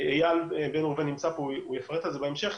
איל בן ראובן נמצא פה והוא יפרט על זה בהמשך,